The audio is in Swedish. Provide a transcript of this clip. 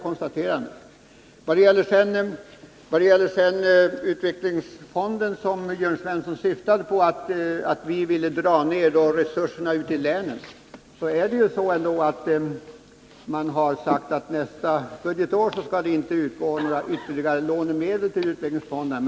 Vad gäller utvecklingsfonden, som Jörn Svensson syftade på när han sade att vi ville dra ner resurserna ute i länen, har man sagt att nästa budgetår skall det inte utgå ytterligare lånemedel till dessa.